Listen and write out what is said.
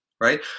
right